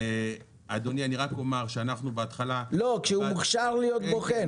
לא, כשהוא מוכשר להיות בוחן.